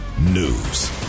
News